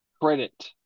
credit